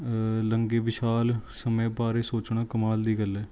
ਲੰਘੇ ਵਿਸ਼ਾਲ ਸਮੇਂ ਬਾਰੇ ਸੋਚਣਾ ਕਮਾਲ ਦੀ ਗੱਲ ਹੈ